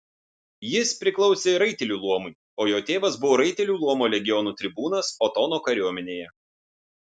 jis priklausė raitelių luomui o jo tėvas buvo raitelių luomo legionų tribūnas otono kariuomenėje